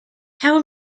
how